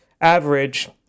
average